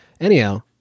Anyhow